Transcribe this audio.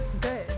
good